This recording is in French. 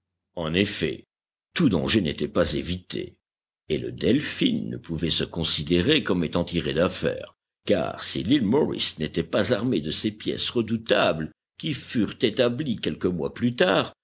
en effet tout danger n'était pas évité et le delphin ne pouvait se considérer comme étant tiré d'affaire car si l'île morris n'était pas armée de ces pièces redoutables qui furent établies quelques mois plus tard